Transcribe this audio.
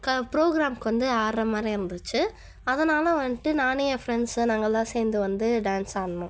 ப்ரோக்ராம்க்கு வந்து ஆடுகிற மாதிரி இருந்துச்சு அதனால் வந்துட்டு நானும் என் ஃப்ரெண்ட்ஸ் நாங்களெல்லாம் சேர்ந்து வந்து டான்ஸ் ஆடினோம்